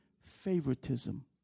favoritism